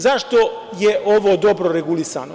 Zašto je ovo dobro regulisano?